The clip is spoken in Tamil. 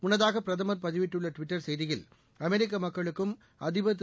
முன்னதாக பிரதமர் பதிவிட்டுள்ள ட்விட்டர் செய்தியில் அமெரிக்க மக்களுக்கும் அதிபர் திரு